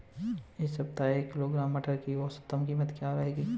इस सप्ताह एक किलोग्राम मटर की औसतन कीमत क्या रहेगी?